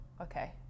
Okay